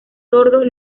sordos